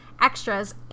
extras